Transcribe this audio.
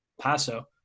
Paso